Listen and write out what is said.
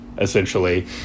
essentially